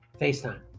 FaceTime